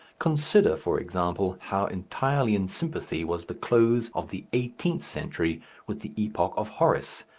consider, for example, how entirely in sympathy was the close of the eighteenth century with the epoch of horace,